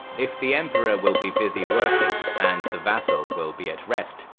if the emperor will be busy working and the vassal will be at rest,